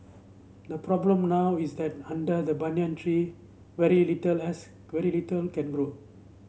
the problem now is that under the banyan tree very little else very little can grow